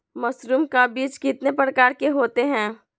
Mushroom का बीज कितने प्रकार के होते है?